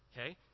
okay